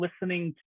listening